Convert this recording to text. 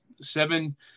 seven